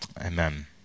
amen